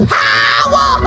power